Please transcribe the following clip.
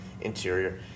interior